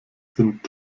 sind